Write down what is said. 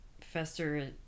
fester